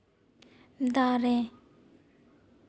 ᱫᱟᱨᱮ